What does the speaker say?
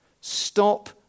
Stop